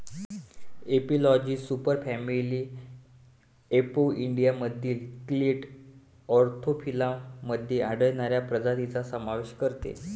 एपिलॉजी सुपरफॅमिली अपोइडियामधील clade Anthophila मध्ये आढळणाऱ्या प्रजातींचा समावेश करते